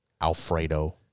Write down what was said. alfredo